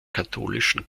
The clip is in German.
katholischen